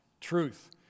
truth